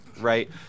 right